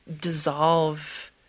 dissolve